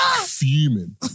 fuming